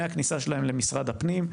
מהכניסה שלהם למשרד הפנים,